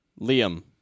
liam